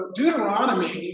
Deuteronomy